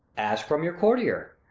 ask from your courtier,